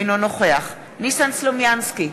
אינו נוכח ניסן סלומינסקי,